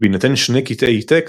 בהינתן שני קטעי טקסט,